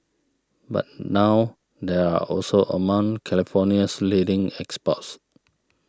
but now they are also among California's leading exports